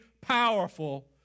powerful